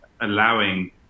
allowing